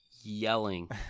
Yelling